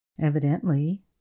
Evidently